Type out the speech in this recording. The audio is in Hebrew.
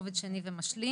רובד שני ומשלים,